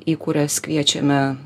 į kurias kviečiame